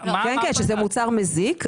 הם אמרו שזה מזיק,